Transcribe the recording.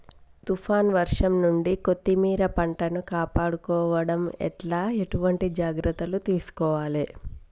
తుఫాన్ వర్షం నుండి కొత్తిమీర పంటను కాపాడుకోవడం ఎట్ల ఎటువంటి జాగ్రత్తలు తీసుకోవాలే?